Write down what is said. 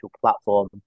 platform